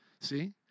See